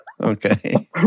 Okay